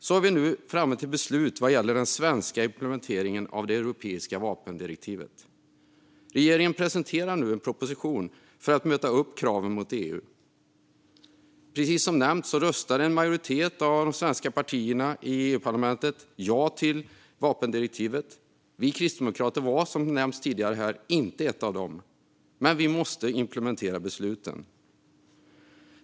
Så är vi nu framme vid beslut vad gäller den svenska implementeringen av det europeiska vapendirektivet. Regeringen presenterar nu en proposition för att möta EU:s krav. Precis som nämnts röstade en majoritet av de svenska partierna i EU-parlamentet ja till vapendirektivet. Vi kristdemokrater var, som nämnts tidigare, inte ett av dem. Men vi måste implementera besluten.